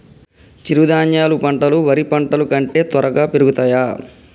చిరుధాన్యాలు పంటలు వరి పంటలు కంటే త్వరగా పెరుగుతయా?